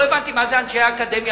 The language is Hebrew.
לא הבנתי מה זה "אנשי האקדמיה",